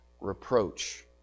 reproach